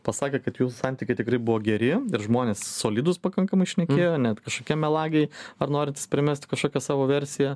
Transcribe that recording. pasakė kad jų santykiai tikrai buvo geri ir žmonės solidūs pakankamai šnekėjo net kažkokie melagiai ar norintys primest kažkokią savo versiją